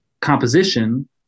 composition